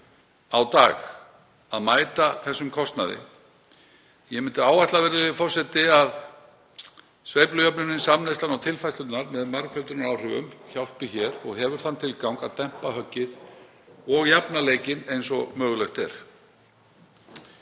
á dag að mæta þessum kostnaði. Ég myndi áætla, virðulegi forseti, að sveiflujöfnunin, samneyslan og tilfærslurnar með margföldunaráhrifum hjálpi hér og hafi þann tilgang að dempa höggið og jafna leikinn eins og mögulegt er.